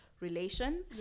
relation